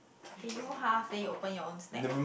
K you hold half then you open your own stack